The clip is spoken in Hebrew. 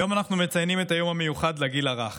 היום אנחנו מציינים את היום המיוחד לגיל הרך.